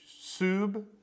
Sub